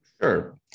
Sure